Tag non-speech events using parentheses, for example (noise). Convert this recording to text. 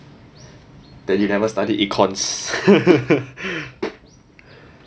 then you never studied econs (laughs)